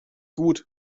gut